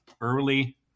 early